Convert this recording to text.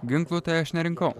ginklų tai aš nerinkau